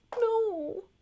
no